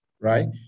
right